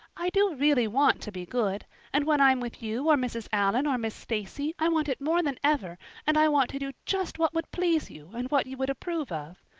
i do really want to be good and when i'm with you or mrs. allan or miss stacy i want it more than ever and i want to do just what would please you and what you would approve of.